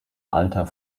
alter